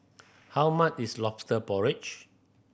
how much is Lobster Porridge